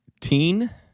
teen